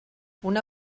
una